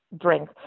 drink